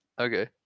okay